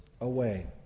away